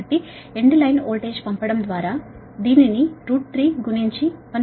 కాబట్టి end line voltage పంపడం ద్వారా దీనిని 3 గుణించి 170